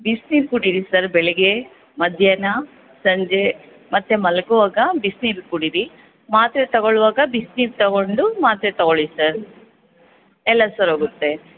ಬಿಸ್ನೀರು ಕುಡೀರಿ ಸರ್ ಬೆಳಗ್ಗೆ ಮಧ್ಯಾಹ್ನ ಸಂಜೆ ಮತ್ತು ಮಲಗುವಾಗ ಬಿಸ್ನೀರು ಕುಡೀರಿ ಮಾತ್ರೆ ತಗೊಳ್ಳುವಾಗ ಬಿಸ್ನೀರು ತಗೊಂಡು ಮಾತ್ರೆ ತಗೊಳ್ಳಿ ಸರ್ ಎಲ್ಲ ಸರೋಗುತ್ತೆ